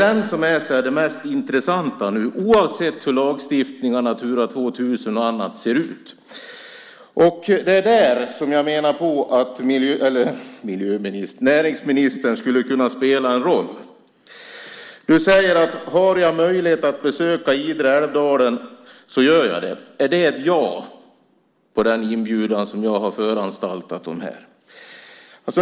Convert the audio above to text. Den är nu det mest intressanta, oavsett hur lagstiftningen om Natura 2000 ser ut. Det är där jag menar att näringsministern skulle kunna spela en roll. Du säger: Har jag möjlighet att besöka Idre och Älvdalen gör jag det. Är det ett ja på den inbjudan jag har föranstaltat om här?